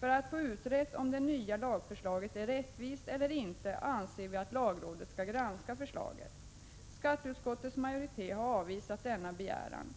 För att få utrett om det nya lagförslaget är rättvist eller inte anser vi att lagrådet skall granska förslaget. Skatteutskottets majoritet har avvisat denna begäran.